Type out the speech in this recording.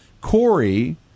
Corey